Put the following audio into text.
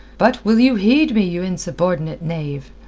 but will you heed me, you insubordinate knave?